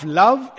love